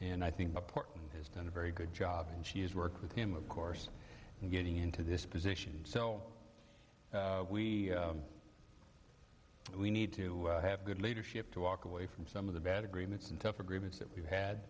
and i think portland has been a very good job and she has worked with him of course and getting into this position so we we need to have good leadership to walk away from some of the bad agreements and tough agreements that we've had